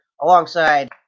alongside